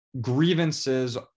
grievances